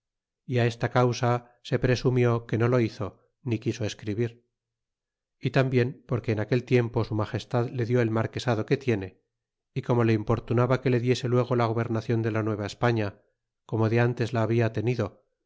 y á esta causa se presumió que no lo hizo ni quiso escribir y tambien porque en aquel tiempo su magestad le die el marquesado que tiene y como le importunaba que le diese luego a gobernacion de la nueva españa como de antes ra labia tenido